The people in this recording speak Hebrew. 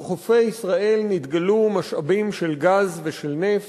בחופי ישראל נתגלו משאבים של גז ושל נפט.